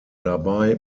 dabei